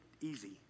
easy